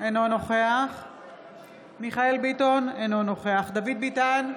אינו נוכח מיכאל מרדכי ביטון, אינו נוכח דוד ביטן,